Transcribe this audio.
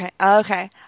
Okay